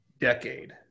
decade